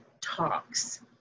Talks